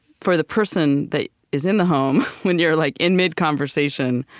for the person that is in the home, when you're like in mid-conversation,